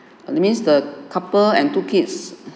and that means the couple and two kids